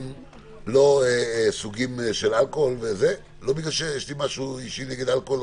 לא סוגים של אלכוהול לא בגלל שיש לי משהו אישי נגד אלכוהול,